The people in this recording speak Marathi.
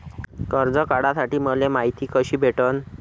कर्ज काढासाठी मले मायती कशी भेटन?